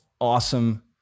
awesome